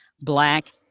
Black